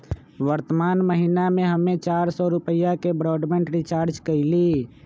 वर्तमान महीना में हम्मे चार सौ रुपया के ब्राडबैंड रीचार्ज कईली